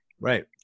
Right